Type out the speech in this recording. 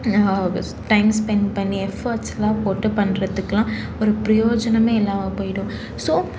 time spend பண்ணி எஃபோர்ட்ஸ்லாம் போட்டு பண்ணுறதுக்குலாம் ஒரு பிரயோஜனமே இல்லாமல் போய்டும் ஸோ